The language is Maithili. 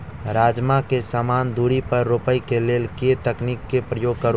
राजमा केँ समान दूरी पर रोपा केँ लेल केँ तकनीक केँ प्रयोग करू?